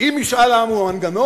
אם משאל עם הוא מנגנון,